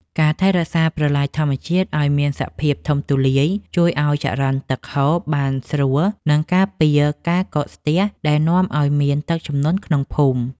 ការថែរក្សាប្រឡាយធម្មជាតិឱ្យមានសភាពធំទូលាយជួយឱ្យចរន្តទឹកហូរបានស្រួល និងការពារការកកស្ទះដែលនាំឱ្យមានទឹកជំនន់ក្នុងភូមិ។